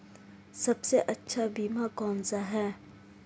सबसे अच्छा बीमा कौनसा है?